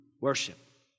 worship